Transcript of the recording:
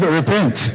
repent